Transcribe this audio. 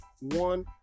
one